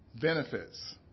benefits